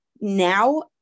now